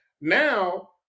now